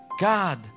God